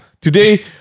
Today